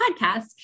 podcast